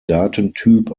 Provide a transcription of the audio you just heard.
datentyp